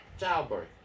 childbirth